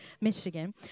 Michigan